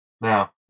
now